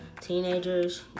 Teenagers